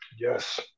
Yes